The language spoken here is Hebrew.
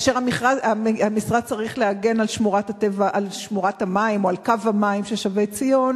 כאשר המשרד צריך להגן על שמורת המים או על קו המים של שבי-ציון.